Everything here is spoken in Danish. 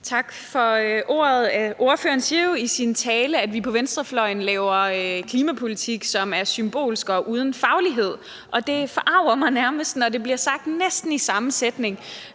Tak for ordet. Ordføreren siger jo i sin tale, at vi på venstrefløjen laver klimapolitik, som er symbolsk og uden faglighed. Og det forarger mig nærmest, når det bliver sagt næsten i samme sætning,